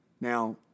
Now